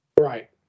right